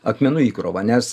akmenų įkrova nes